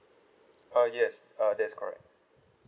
uh yes uh that's correct